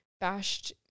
bashed